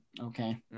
okay